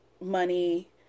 money